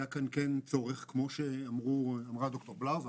כמו שאמרה ד"ר בלאו,